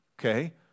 Okay